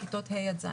כיתות ה' עד ז',